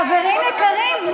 חברים יקרים,